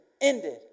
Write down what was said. ended